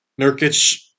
Nurkic